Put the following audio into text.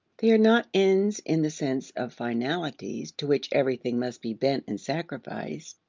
they are not ends in the sense of finalities to which everything must be bent and sacrificed.